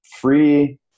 free